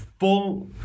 Full